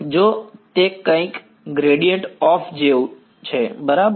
જો તે કંઈક ગ્રેડિયેંટ ઓફ જેવું છે બરાબર